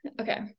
Okay